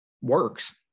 works